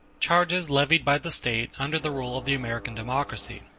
charges levied by the state under the rule of the american democracy